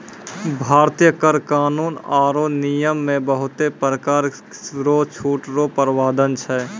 भारतीय कर कानून आरो नियम मे बहुते परकार रो छूट रो प्रावधान छै